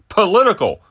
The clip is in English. political